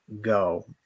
go